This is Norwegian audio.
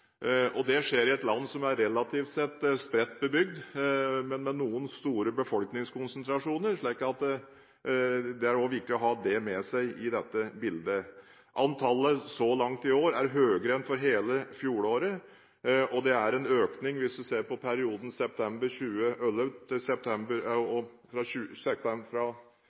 Det skjer i et land som er relativt sett spredt bebygd, men med noen store befolkningskonsentrasjoner. Det er også viktig å ha med seg i dette bildet. Antallet så langt i år er høyere enn for hele fjoråret, og det er en økning hvis man ser på perioden fra 1. januar til september